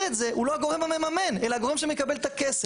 את זה הוא לא הגורם המממן אלא גורם שמקבל את הכסף.